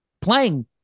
playing